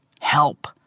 Help